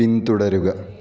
പിന്തുടരുക